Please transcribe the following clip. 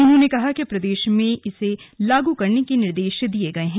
उन्होंने कहा कि प्रदेश में भी इसे लागू करने के लिए निर्देश दिए गए हैं